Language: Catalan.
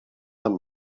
amb